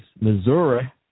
Missouri